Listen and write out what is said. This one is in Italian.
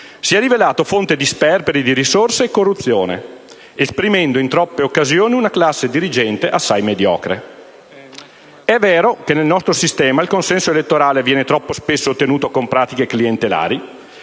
si è rivelato fonte di sperperi di risorse e corruzione, esprimendo in troppe occasioni una classe dirigente assai mediocre. È vero che nel nostro sistema il consenso elettorale viene troppo spesso ottenuto con pratiche clientelari